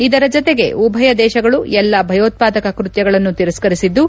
ಇದರ ಜತೆಗೆ ಉಭಯ ದೇಶಗಳು ಎಲ್ಲ ಭಯೋತ್ವಾದಕ ಕೃತ್ಯಗಳನ್ನು ತಿರಸ್ಕರಿಸಿದ್ದು